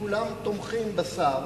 כולם תומכים בשר,